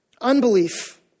Unbelief